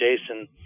Jason